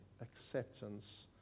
acceptance